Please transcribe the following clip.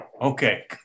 Okay